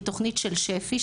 היא תוכנית של שפ"י,